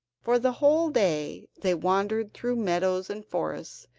for the whole day they wandered through meadows and forests,